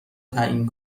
تعیین